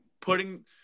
putting